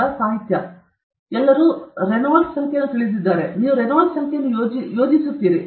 ನಂತರ ಸಾಹಿತ್ಯ ಎಲ್ಲರೂ ರೆನಾಲ್ಡ್ನ ಸಂಖ್ಯೆಯನ್ನು ತಿಳಿದಿದ್ದಾರೆ ನೀವು ರೆನಾಲ್ಡ್ನ ಸಂಖ್ಯೆಯನ್ನು ಯೋಜಿಸುತ್ತೀರಿ